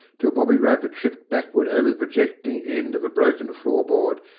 till bobby roper tripped backward over the projecting end of a broken floor board,